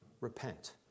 Repent